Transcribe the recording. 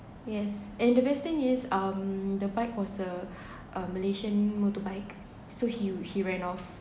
yes and the best thing is um the bike was the malaysian motorbike so he he ran off